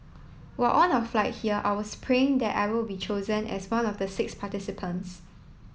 while on our flight here I was praying that I will be chosen as one of the six participants